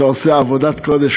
שעושה עבודת קודש,